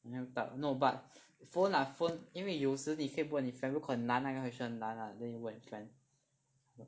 no but phone lah phone 因为有时你可以问你 friend 如果很难那个 question 难 ah then 你问你 friend